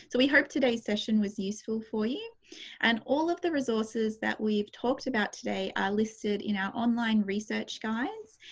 we hope today's session was useful for you and all of the resources that we've talked about today are listed in our online research guides.